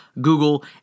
Google